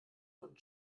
von